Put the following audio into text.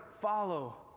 follow